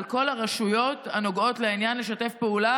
"על כל הרשויות הנוגעות לעניין לשתף פעולה